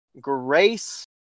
grace